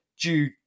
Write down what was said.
due